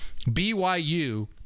byu